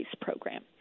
program